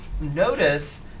notice